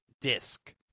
disc